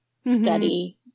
study